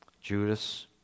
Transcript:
Judas